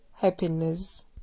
happiness